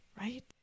right